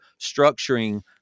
structuring